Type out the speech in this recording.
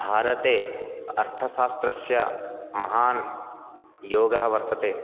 भारते अर्थशास्त्रस्य महान् योगः वर्तते